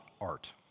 art